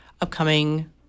upcoming